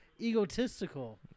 egotistical